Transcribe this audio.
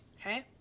Okay